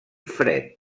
fred